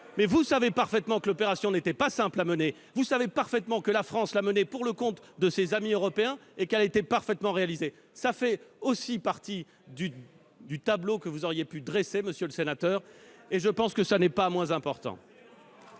messieurs les sénateurs, que l'opération n'était pas simple à mener. Vous savez parfaitement que la France l'a conduite pour le compte de ses amis européens et que cette opération a été parfaitement réalisée. Cela fait, aussi, partie du tableau que vous auriez pu dresser, monsieur le sénateur, et, à mon sens, cela n'est pas moins important.